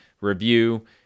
review